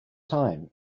time